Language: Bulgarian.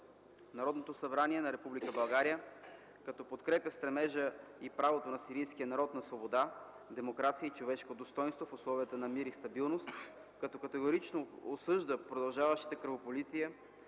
Народното събрание на Република България, - като подкрепя стремежа и правото на сирийския народ на свобода, демокрация и човешко достойнство в условията на мир и стабилност; - като категорично осъжда продължаващите кръвопролития,